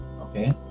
okay